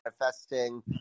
manifesting